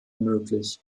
möglich